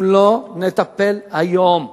אם לא נטפל היום,